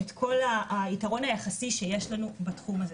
את כל היתרון היחסי שיש לנו בתחום הזה.